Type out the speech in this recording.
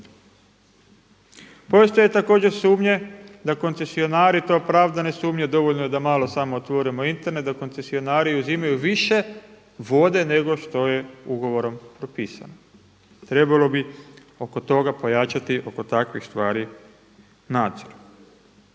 Postoje također sumnje da koncesionari i to opravdane sumnje dovoljno je da malo samo otvorimo Internet, da koncesionari uzimaju više vode nego što je ugovorom propisano. Trebalo bi oko toga pojačati, oko takvih stvari nadzor.